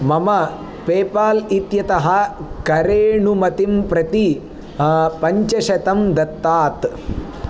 मम पेपाल् इत्यतः करेणुमतिं प्रति पञ्चशतं दत्तात्